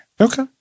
Okay